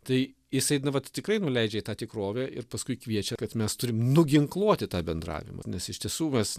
tai jisai na vat tikrai nuleidžia į tą tikrovę ir paskui kviečia kad mes turim nuginkluoti tą bendravimą nes iš tiesų vas